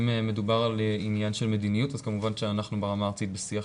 אם מדובר על עניין של מדיניות אז כמובן שאנחנו ברמה הארצית בשיח